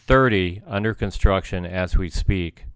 thirty under construction as we speak